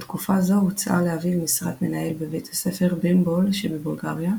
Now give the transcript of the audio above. בתקופה זו הוצעה לאביו משרת מנהל בבית ספר בימבול שבבולגריה,